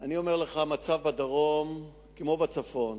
אומר לך, המצב בדרום הוא כמו בצפון.